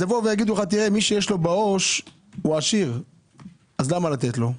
אז יגידו לך: מי שיש לו בעו"ש הוא עשיר אז למה לתת לו?